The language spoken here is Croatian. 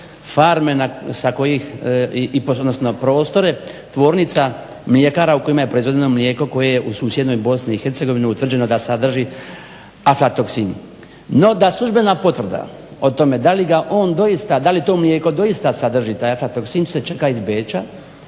kojim i prostore tvornica mljekara u kojima je proizvedeno mlijeko koje je u susjednoj BIH utvrđeno da sadrži alfatoksini. No da službena potvrda o tome da li ga on doista, da li to mlijeko doista sadrži taj alfatoksin se čeka iz Beča